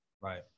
right